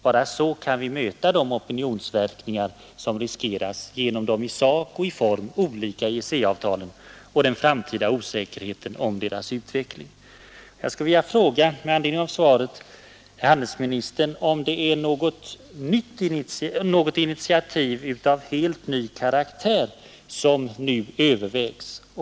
Bara så kan vi möta de opinionsverkningar som riskeras genom de i sak och i form olika EEC-avtalen och osäkerheten om deras framtida utveckling. Jag skulle med anledning av svaret vilja fråga om det möjligen är något initiativ av helt ny karaktär som nu övervägs.